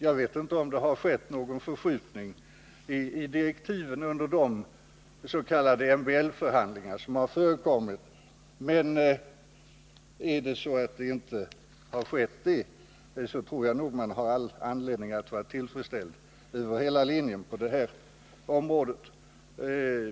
Jag vet inte om det «skett någon förskjutning i direktiven, men om det inte gjort det tror jag man har anledning att vara tillfredsställd över hela linjen.